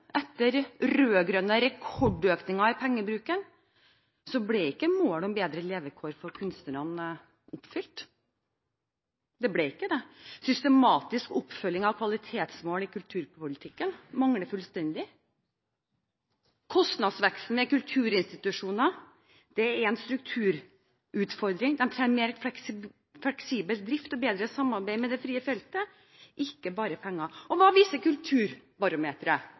etter rød-grønn rekordøkning i pengebruken ble ikke målet om bedre levekår for kunstnerne oppfylt. Det ble ikke det. Systematisk oppfølging av kvalitetsmål i kulturpolitikken mangler fullstendig. Kostnadsveksten hos kulturinstitusjoner er en strukturutfordring. De trenger mer fleksibel drift og bedre samarbeid med det frie feltet, ikke bare penger. Hva viser kulturbarometeret?